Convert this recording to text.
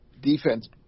defense